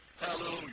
Hallelujah